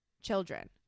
children